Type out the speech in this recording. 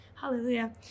hallelujah